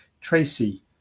tracy